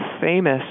famous